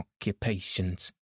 occupations